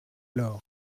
alors